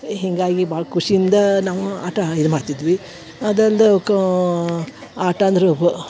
ಹೀಗಾಗಿ ಭಾಳ ಖುಷಿಯಿಂದ ನಾವು ಆಟ ಇದು ಮಾಡ್ತಿದ್ವಿ ಅದೊಂದು ಕಾ ಆಟ ಅಂದ್ರ